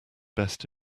best